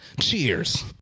Cheers